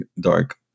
dark